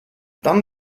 dann